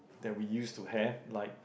there we used to have like